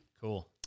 Cool